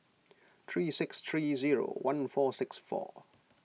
three six three zero one four six four